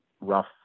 rough